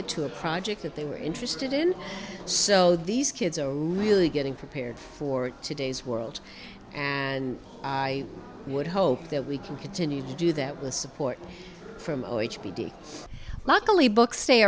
it to a project that they were interested in so these kids are really getting prepared for today's world and i would hope that we can continue to do that with support from luckily books stay